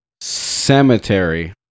cemetery